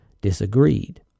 disagreed